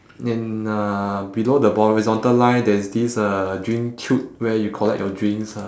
and uh below the horizontal line there is this uh drink chute where you collect your drinks ah